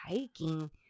hiking